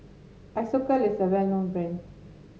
Isocal is a well known brand